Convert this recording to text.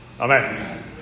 Amen